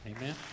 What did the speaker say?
amen